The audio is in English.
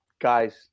guys